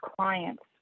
clients